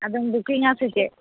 ᱟᱫᱚᱢ ᱵᱩᱠᱤᱝᱼᱟ ᱥᱮ ᱪᱮᱫ